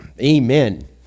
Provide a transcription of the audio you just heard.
Amen